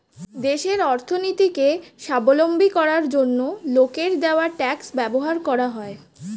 দেশের অর্থনীতিকে স্বাবলম্বী করার জন্য লোকের দেওয়া ট্যাক্স ব্যবহার করা হয়